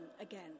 again